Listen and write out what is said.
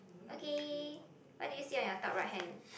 okay what do you see on your top right hand